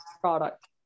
product